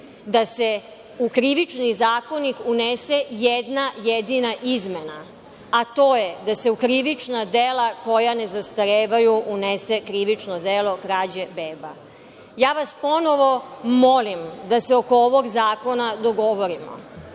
da se u Krivični zakonik unese jedna jedina izmena, a to je da se u krivična dela koja ne zastarevaju unese krivično delo krađe beba. Ja vas ponovo molim da se oko ovog zakona dogovorimo.